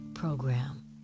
Program